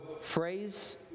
phrase